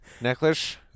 necklace